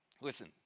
listen